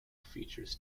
features